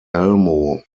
elmo